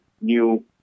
new